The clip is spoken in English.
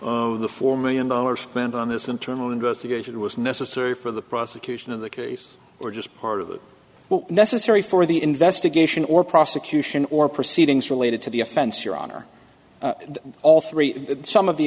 of the four million dollars spent on this internal investigation was necessary for the prosecution of the case or just part of the necessary for the investigation or prosecution or proceedings related to the offense your honor all three some of the